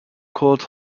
called